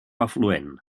afluent